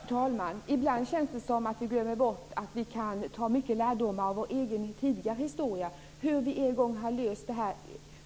Fru talman! Ibland känns det som att vi glömmer bort att vi kan dra mycket lärdomar av vår egen tidigare historia och av hur vi en gång har löst